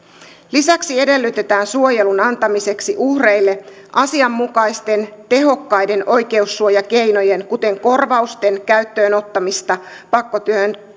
lisäksi edellytetään suojelun antamiseksi uhreille asianmukaisten tehokkaiden oikeussuojakeinojen kuten korvausten käyttöönottamista pakkotyön teettämiseen